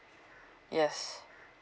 yes